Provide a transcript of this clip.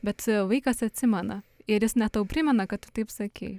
bet vaikas atsimena ir jis net tau primena kad tu taip sakei